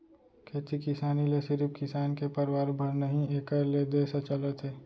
खेती किसानी ले सिरिफ किसान के परवार भर नही एकर ले देस ह चलत हे